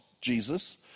Jesus